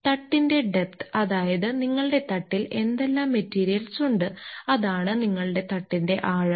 തട്ടിന്റെ depth അതായത് നിങ്ങളുടെ തട്ടിൽ എന്തെല്ലാം മെറ്റീരിയൽസ് ഉണ്ട് അതാണ് നിങ്ങളുടെ തട്ടിന്റെ ആഴം